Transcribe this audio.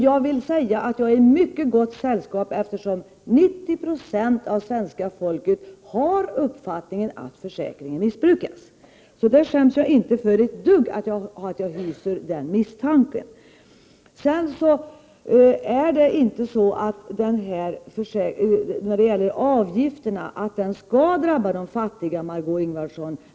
Jag vill säga att jag är i mycket gott sällskap, eftersom 90 96 av svenska folket har uppfattningen att försäkringen missbrukas. Så jag skäms inte ett dugg för att jag hyser den misstanken. Avgifterna skall inte drabba de fattiga, Margöé Ingvardsson.